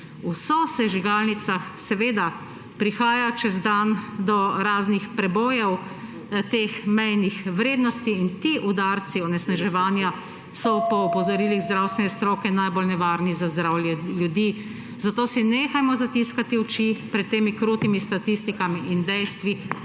V sosežigalnicah seveda prihaja čez dan do raznih prebojev teh mejnih vrednosti in ti udarci onesnaževanja so po opozorilih zdravstvene stroke najbolj nevarni za zdravje ljudi. Zato si nehajmo zatiskati oči pred temi krutimi statistikami in dejstvi